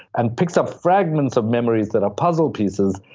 and picks up fragments of memories that are puzzle pieces,